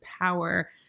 power